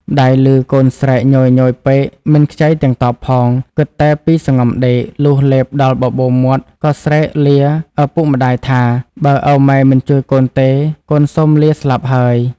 ម្ដាយឮកូនស្រែកញយៗពេកមិនខ្ចីទាំងតបផង គិតតែពីសង្ងំដេក លុះលេបដល់បបូរមាត់ក៏ស្រែកលា ឪពុកម្ដាយថា “បើឪម៉ែមិនជួយកូនទេ កូនសូមលាស្លាប់ហើយ” ។